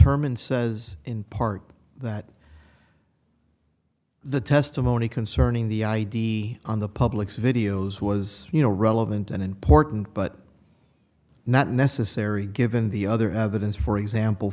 herman says in part that the testimony concerning the id on the public's videos was you know relevant and important but not necessary given the other evidence for example